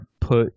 put